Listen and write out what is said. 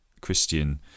Christian